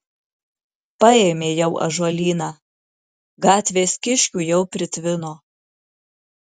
paėmė jau ąžuolyną gatvės kiškių jau pritvino